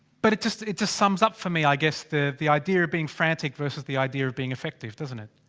but it just it just sums up for me, i guess, the the idea of being frantic versus the. idea of being effective doesn't it?